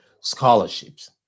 scholarships